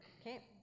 Okay